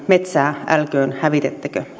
metsää älköön hävitettäkö